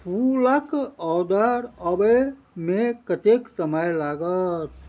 फूलक ऑर्डर अबैमे कतेक समय लागत